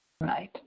Right